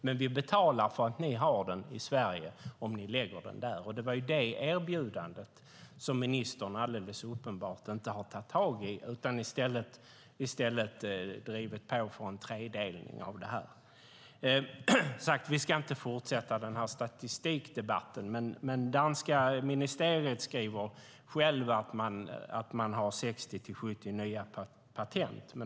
Man kan betala för att Sverige har denna verksamhet om den läggs i Malmö. Det är detta erbjudande som ministern alldeles uppenbart inte har tagit tag i utan i stället har drivit på för en tredelning av detta. Vi ska inte fortsätta denna statistikdebatt. Men det danska ministeriet skriver att man har 60-70 nya patent.